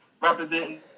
representing